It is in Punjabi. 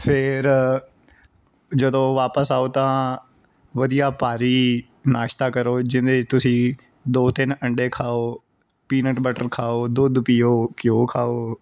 ਫਿਰ ਜਦੋਂ ਵਾਪਿਸ ਆਓ ਤਾਂ ਵਧੀਆ ਭਾਰੀ ਨਾਸ਼ਤਾ ਕਰੋ ਜਿਹਦੇ 'ਚ ਤੁਸੀਂ ਦੋ ਤਿੰਨ ਅੰਡੇ ਖਾਓ ਪੀਨਟ ਬਟਰ ਖਾਓ ਦੁੱਧ ਪੀਓ ਘਿਓ ਖਾਓ